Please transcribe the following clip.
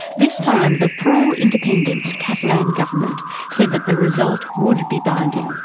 this time the pro-independence catalan government said that the result would be binding.